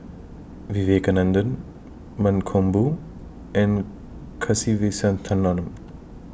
Vivekananda Mankombu and Kasiviswanathan